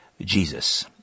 Jesus